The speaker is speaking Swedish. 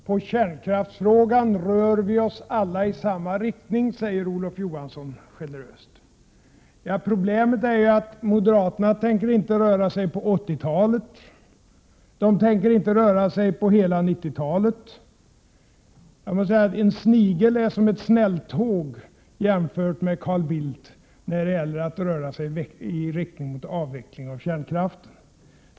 Herr talman! När det gäller kärnkraftsfrågan rör vi oss alla i samma riktning, säger Olof Johansson generöst. Ja, problemet är ju att moderaterna tänker inte röra sig på 80-talet, de tänker inte röra sig på hela 90-talet. Jag måste säga att en snigel är som ett snälltåg i jämförelse med Carl Bildt när det gäller att röra sig i riktning mot avveckling av kärnkraften.